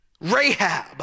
Rahab